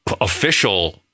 official